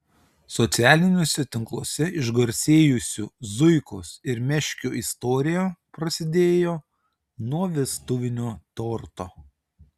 socialiniuose tinkluose išgarsėjusių zuikos ir meškio istorija prasidėjo nuo vestuvinio torto